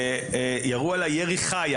ירו עליי ירי חי,